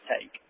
take